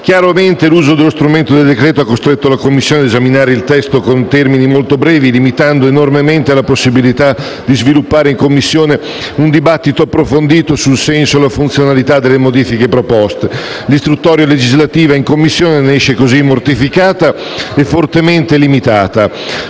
Chiaramente, l'uso dello strumento del decreto ha costretto la Commissione ad esaminare il testo con termini molto brevi, limitando enormemente la possibilità di sviluppare in Commissione un dibattito approfondito sul senso e la funzionalità delle modifiche proposte. L'istruttoria legislativa in Commissione ne esce così mortificata e fortemente limitata.